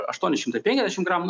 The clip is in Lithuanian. aštuoni šimtai penkiasdešim gramų